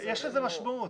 יש לזה משמעות.